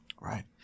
right